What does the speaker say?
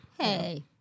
Hey